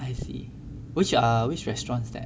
I see which are which restaurants there